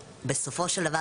ובסופו של דבר,